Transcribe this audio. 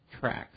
Tracks